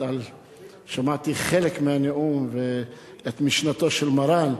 שמעתי חלק מהנאום, את משנתו של מרן,